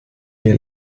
wir